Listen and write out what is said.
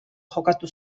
jokatu